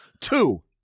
Two